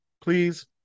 Please